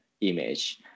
image